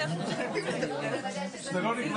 תכף יגידו את זה בהגדרה,